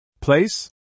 place